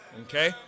okay